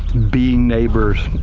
being neighbors,